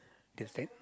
the step